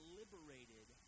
liberated